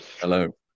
Hello